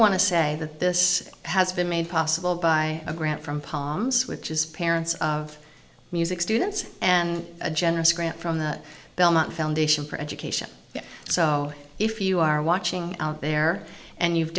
want to say that this has been made possible by a grant from palm switches parents of music students and a generous grant from the belmont foundation for education so if you are watching out there and you've